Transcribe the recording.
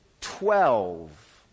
twelve